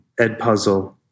Edpuzzle